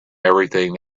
everything